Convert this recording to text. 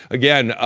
again,